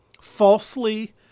falsely